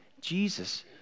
Jesus